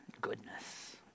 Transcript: goodness